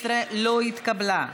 12 לא התקבלה.